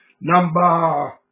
Number